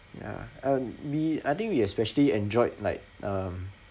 ya and we I think we especially enjoyed like um